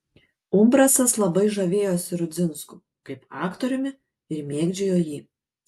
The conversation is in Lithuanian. umbrasas labai žavėjosi rudzinsku kaip aktoriumi ir mėgdžiojo jį